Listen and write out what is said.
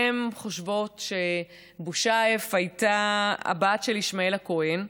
הן חושבות שבושאייף הייתה הבת של ישמעאל הכהן,